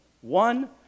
One